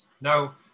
Now